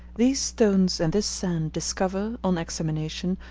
these stones and this sand discover, on examination,